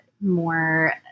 more